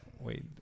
Wait